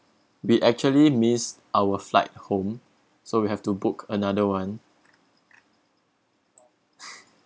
we actually missed our flight home so we have to book another one